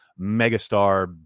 megastar